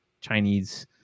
Chinese